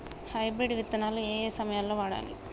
Hybrid విత్తనాలు ఏయే సమయాల్లో వాడాలి?